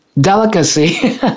delicacy